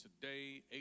today